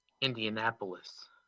Indianapolis